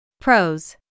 Pros